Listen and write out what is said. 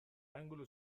ángulo